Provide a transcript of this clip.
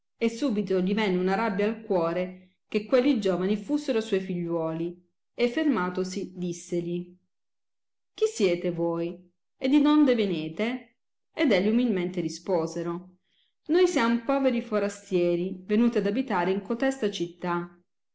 e subito gli venne una rabbia al cuore che quelli giovani fussero suoi figliuoli e fermatosi dissegli chi siete voi e di donde venete ed elli umilmente risposero noi siam poveri forastieri venuti ad abitare in cotesta città